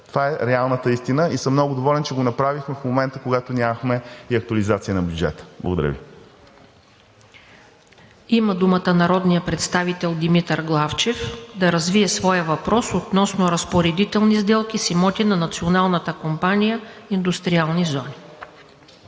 Това е реалната истина и съм много доволен, че го направихме в момента, когато нямахте и актуализация на бюджета. Благодаря Ви. ПРЕДСЕДАТЕЛ ТАТЯНА ДОНЧЕВА: Има думата народният представител Димитър Главчев да развие своя въпрос относно разпоредителни сделки с имоти на „Националната компания индустриални зони“.